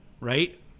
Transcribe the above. right